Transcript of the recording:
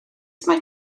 mae